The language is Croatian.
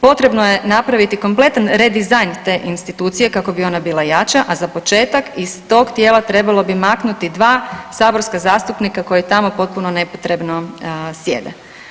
Potrebno je napraviti kompletan redizajn te institucije kako bi ona bila jača, a za početak iz tog tijela trebalo bi maknuti dva saborska zastupnika koja tako nepotrebno sjede.